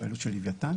המניות של לוויתן.